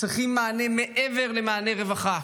צריכים מענה מעבר למעני רווחה: